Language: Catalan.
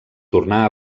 tornà